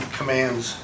commands